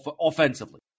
offensively